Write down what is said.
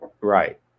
Right